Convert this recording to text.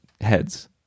heads